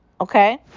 Okay